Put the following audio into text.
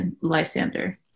Lysander